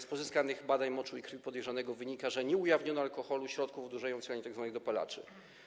Z pozyskanych badań moczu i krwi podejrzanego wynika, że nie ujawniono alkoholu, środków odurzających ani tzw. dopalaczy.